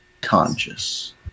conscious